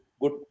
good